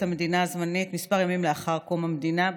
המדינה הזמנית כמה ימים לאחר קום המדינה.